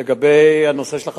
לגבי הנושא של החקירה,